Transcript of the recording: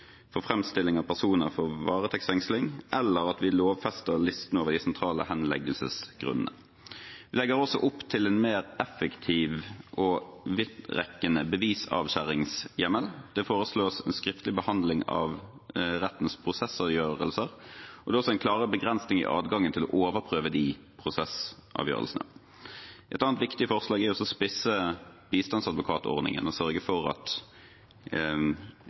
for framstilling av personer for varetektsfengsling, eller ved at vi lovfester listen over de sentrale henleggelsesgrunnene. Vi legger også opp til en mer effektiv og vidtrekkende bevisavskjæringshjemmel. Det foreslås en skriftlig behandling av rettens prosessavgjørelser, og det er også en klarere begrensning i adgangen til å overprøve prosessavgjørelsene. Et annet viktig forslag er å spisse bistandsadvokatordningen og sørge for at